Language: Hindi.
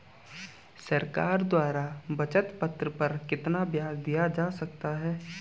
सरकार द्वारा बचत पत्र पर कितना ब्याज दिया जाता है?